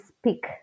speak